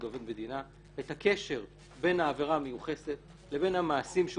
עובד מדינה את הקשר בין העבירה המיוחסת לבין המעשים שהוא